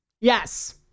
Yes